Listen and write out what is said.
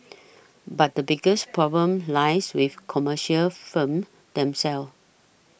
but the biggest problem lies with commercial firms themselves